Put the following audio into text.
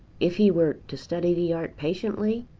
if he were to study the art patiently?